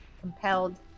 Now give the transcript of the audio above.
compelled